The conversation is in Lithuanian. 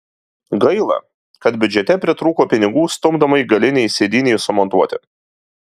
gaila kad biudžete pritrūko pinigų stumdomai galinei sėdynei sumontuoti